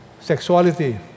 sexuality